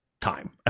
time